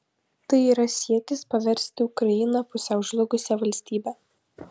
tai yra siekis paversti ukrainą pusiau žlugusia valstybe